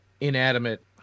inanimate